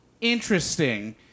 interesting